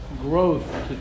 growth